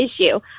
issue